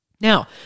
Now